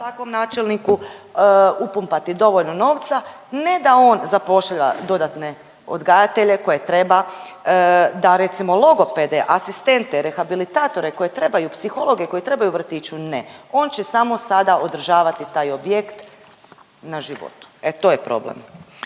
takvom načelniku upumpati dovoljno novca, ne da on zapošljava dodatne odgajatelje koje treba da recimo logopede, asistente, rehabilitatore koje trebaju psihologe, koje trebaju vrtiću, ne. On će samo sada održavati taj objekt na životu. E to je problem.